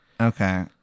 Okay